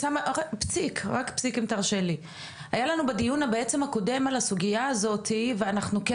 בעצם בדיון הקודם שיח על הסוגייה הזאתי ואנחנו כן